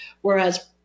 Whereas